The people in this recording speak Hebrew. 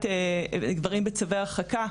גברים בצווי הרחקה,